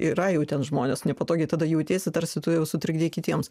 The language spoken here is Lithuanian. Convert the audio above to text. yra jau ten žmonės nepatogiai tada jautiesi tarsi tu jau sutrikdei kitiems